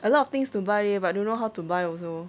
a lot of things to buy leh but don't know how to buy also